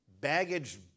baggage